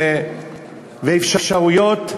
ואפשרויות.